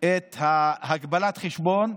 את הגבלת החשבון,